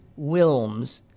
Wilms